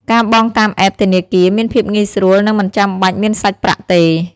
ការបង់តាមអេបធនាគារមានភាពងាយស្រួលនិងមិនចាំបាច់មានសាច់ប្រាក់ទេ។